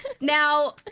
Now